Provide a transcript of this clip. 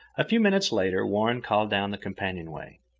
a few minutes later warren called down the companionway,